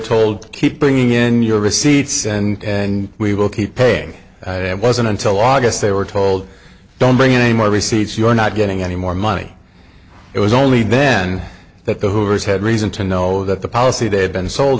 told keep bringing in your receipts and we will keep paying it wasn't until august they were told don't bring any more receipts you're not getting any more money it was only then that the hoovers had reason to know that the policy that had been sold